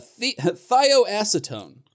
thioacetone